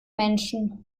menschen